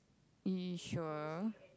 you sure